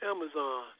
Amazon